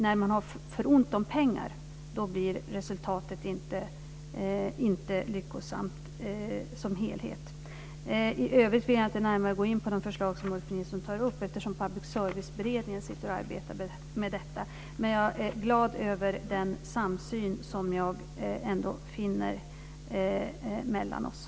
När man har för ont om pengar blir resultatet inte lyckosamt som helhet. I övrigt vill jag inte gå in närmare på de förslag som Ulf Nilsson tar upp eftersom Public serviceberedningen arbetar med detta. Jag är glad över den samsyn mellan oss som jag finner.